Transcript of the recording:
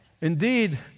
Indeed